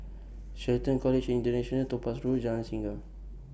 Shelton College International Topaz Road Jalan Singa